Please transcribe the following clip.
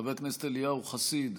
חבר הכנסת אליהו חסיד,